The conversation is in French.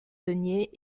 deniers